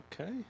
Okay